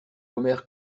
omer